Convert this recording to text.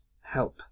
help